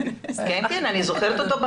אני זוכרת אותו,